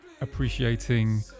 appreciating